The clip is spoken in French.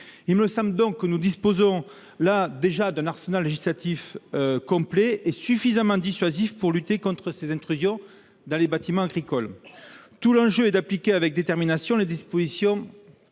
Il me semble donc que nous disposons déjà d'un arsenal législatif complet et suffisamment dissuasif pour lutter contre les intrusions dans les bâtiments agricoles. L'enjeu est d'appliquer avec détermination les dispositions